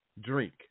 Drink